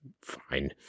fine